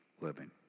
living